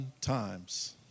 times